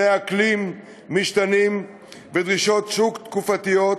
מתנאי אקלים משתנים ודרישות שוק תקופתיות.